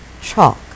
chalk